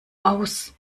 aus